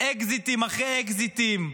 אקזיטים אחרי אקזיטים,